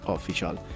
Official